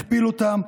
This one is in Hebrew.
הכפיל אותן,